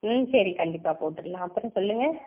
ம் சரி கண்டிப்பாக போட்டுடலாம் அப்புறம் சொல்லுங்க